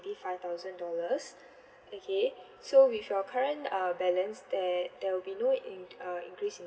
five thousand dollars okay so with your current uh balance there there will be no in uh increase in